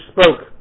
spoke